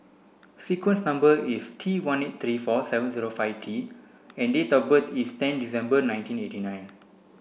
sequence number is T one eight three four seven zero five T and date of birth is ten December nineteen eighty nine